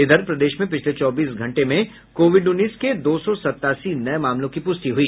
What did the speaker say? इधर प्रदेश में पिछले चौबीस घंटे में कोविड उन्नीस के दो सौ सत्तासी नये मामलों की पुष्टि हुई